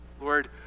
Lord